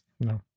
No